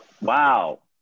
Wow